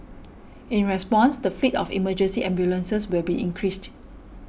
in response the fleet of emergency ambulances will be increased